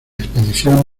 expedición